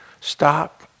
stop